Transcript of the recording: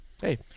Hey